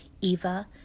Eva